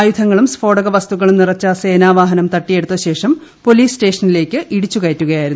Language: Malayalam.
ആയുധങ്ങളും സ്ഫോടക വസ്തുക്കളും നിറച്ച സേനാ വാഹനം തട്ടിയെടുത്തശേഷം പോലീസ് സ്റ്റേഷനിലേക്ക് ഇടിച്ചുകയറ്റുകയായിരുന്നു